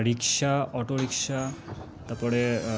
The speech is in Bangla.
রিক্সা অটোরিক্সা তারপরে